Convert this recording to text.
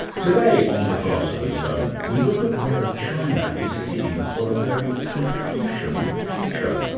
today on the philosopher's zone we look at whether china is heading for a very confucian future.